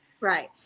Right